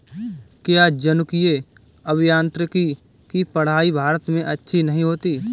क्या जनुकीय अभियांत्रिकी की पढ़ाई भारत में अच्छी नहीं होती?